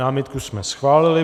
Námitku jsme schválili.